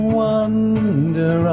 wonder